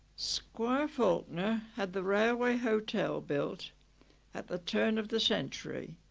squire faulkner had the railway hotel built at the turn of the century.